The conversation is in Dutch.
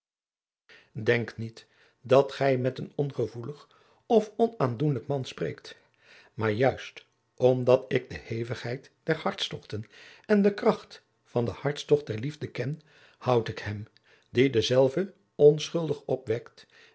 denk niet dat gij met een ongevoelig of onaandoenlijk man spreekt maar juist omdat ik de hevigheid der hartstogten en de kracht van den hartstogt der liefde ken houd ik hem die denzelven onschuldig opwekt